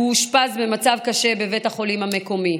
אושפז במצב קשה בבית החולים המקומי.